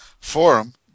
Forum